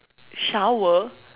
shower